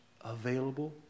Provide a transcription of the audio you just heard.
available